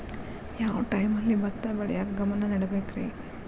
ಯಾವ್ ಟೈಮಲ್ಲಿ ಭತ್ತ ಬೆಳಿಯಾಕ ಗಮನ ನೇಡಬೇಕ್ರೇ?